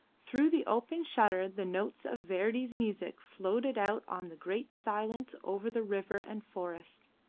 through the open shutter the notes of verdi's music floated out on the great silence over the river and forest.